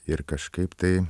ir kažkaip tai